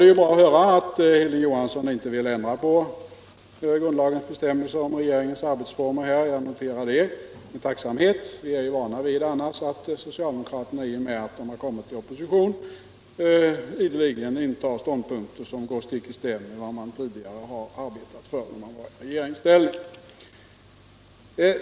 Det var bra att höra att herr Johansson i Trollhättan inte vill ändra på grundlagens bestämmelser om regeringens arbetsformer, och jag noterar det med tacksamhet. Vi är ju annars vana vid att socialdemokraterna i och med att de har kommit i opposition ideligen intar ståndpunkter som går stick i stäv med vad man tidigare har arbetat för när man varit i regeringsställning.